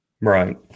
Right